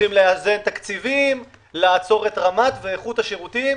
לאזן תקציבים, לעצור את רמת ואיכות השירותים.